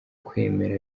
kwemera